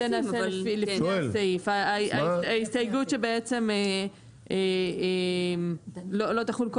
יש הסתייגויות לעניין הזה של